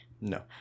No